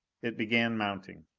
it began mounting.